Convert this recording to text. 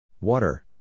Water